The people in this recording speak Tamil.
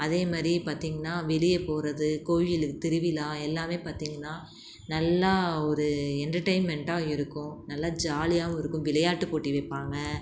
அதேமாதிரி பார்த்திங்கன்னா வெளியே போகிறது கோவில் திருவிழா எல்லாம் பார்த்திங்கன்னா நல்லா ஒரு என்டர்டெய்ன்மெண்ட்டா இருக்கும் நல்லா ஜாலியாகவும் இருக்கும் விளையாட்டு போட்டி வைப்பாங்க